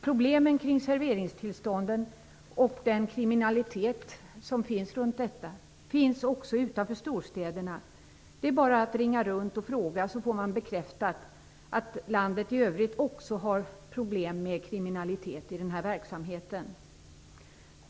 Problemet med serveringstillstånden och den kriminalitet som är förknippad därmed finns också utanför storstäderna. Det är bara att ringa runt och fråga så får man bekräftat att landet i övrigt också har problem med kriminalitet i den här verksamheten.